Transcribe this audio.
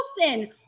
Wilson